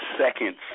seconds